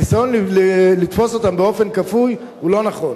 הניסיון לתפוס אותם באופן כפוי הוא לא נכון.